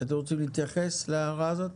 אתם רוצים להתייחס להערה הזאת?